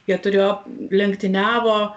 jie turėjo lenktyniavo